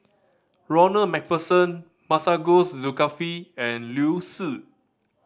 Ronald Macpherson Masagos Zulkifli and Liu Si